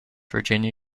virginia